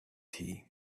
tea